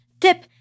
tip